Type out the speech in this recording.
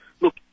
look